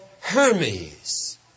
Hermes